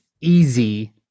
easy